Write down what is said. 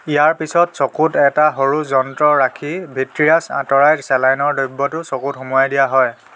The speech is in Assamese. ইয়াৰ পিছত চকুত এটা সৰু যন্ত্ৰ ৰাখি ভিট্ৰিয়াছ আঁতৰাই চেলাইনৰ দ্ৰৱ্যটো চকুত সুমুৱাই দিয়া হয়